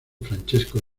francesco